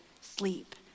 sleep